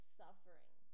suffering